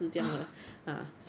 orh